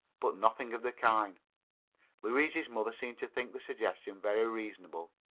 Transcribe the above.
but nothing of the kind louise's mother seemed to think the suggestion very reasonable.